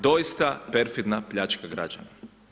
Doista perfidna pljačka građana.